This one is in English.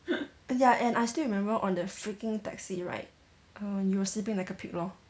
ya and I still remember on the freaking taxi right err you were sleeping like a pig lor